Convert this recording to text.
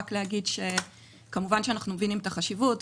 רק לומר שכמובן שאנו מבינים את החשיבות.